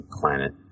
planet